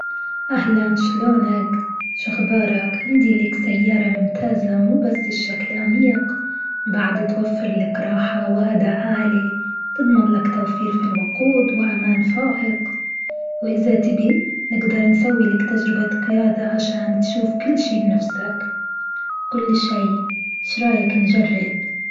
أهلًا شلونك؟ شو أخبارك؟ عندي لك سيارة ممتازة مو بس الشكل أنيق، بعد توفر لك راحة وأداء عالي، تضمن لك توفير في الوقود وأمان فائق، وإذا تبي نقدر نسوي لك تجربة قيادة عشان تشوف كل شيء بنفسك كل شيء، شو رأيك نجرب؟